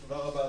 תודה רבה,